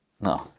No